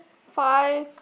five